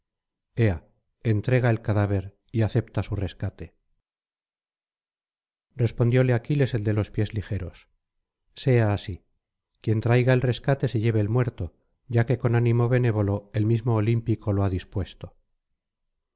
ea entrega el cadáver y acepta su rescate respondióle aquiles el de los pies ligeros sea así quien traiga el rescate se lleve el muerto ya que con ánimo benévolo el mismo olímpico lo ha dispuesto